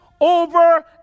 over